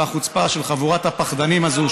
והחוצפה של חבורת הפחדנים הזאת,